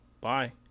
Bye